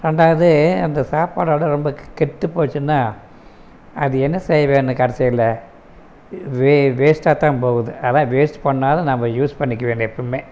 ரெண்டாவது அந்த சாப்பாடோட ரொம்ப கெட்டு போச்சுன்னா அது என்ன செய்றது கடைசியில் வேஸ்டாகதான் போகுது அதுதான் வேஸ்ட் பண்ணாத நம்ம யூஸ் பண்ணிக்குவோம் எப்பையுமே